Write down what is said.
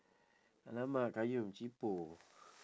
!alamak! qayyum cheapo